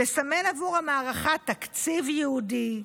"לסמן עבור 'המערכה' תקציב ייעודי,